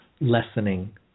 lessening